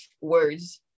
words